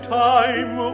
time